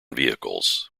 vehicles